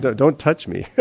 don't don't touch me.